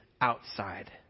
outside